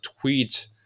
tweet